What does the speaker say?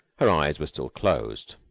her eyes were still closed.